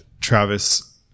Travis